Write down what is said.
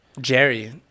Jerry